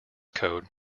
code